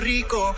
Rico